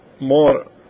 more